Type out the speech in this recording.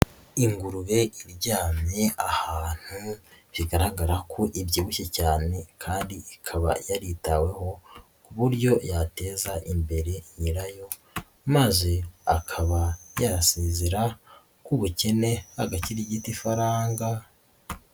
Ingurube iryamye ahantu, bigaragara ko ibyibushye cyane kandi ikaba yaritaweho ku buryo yateza imbere nyirayo maze akaba yasezera ku bukene, agakirigita ifaranga.